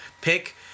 pick